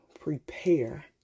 prepare